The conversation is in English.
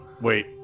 Wait